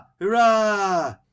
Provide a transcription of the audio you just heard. hurrah